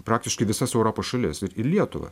praktiškai visas europos šalis ir ir lietuvą